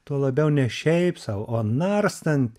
tuo labiau ne šiaip sau o narstant